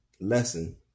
lesson